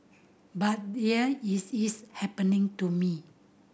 but here it is happening to me